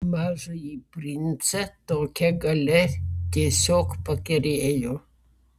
mažąjį princą tokia galia tiesiog pakerėjo